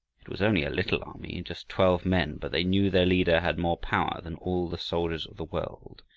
it was only a little army, just twelve men, but they knew their leader had more power than all the soldiers of the world.